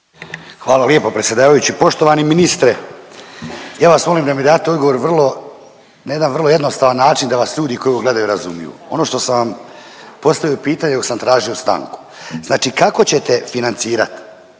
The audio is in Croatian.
Hvala lijepo predsjedavajući. Poštovani ministre, ja vas molim da mi date odgovor vrlo, na jedan vrlo jednostavan način da vas ljudi koji ovo gledaju razumiju, ono što sam vam postavio pitanje dok sam tražio stanku. Znači kako ćete financirat